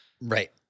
Right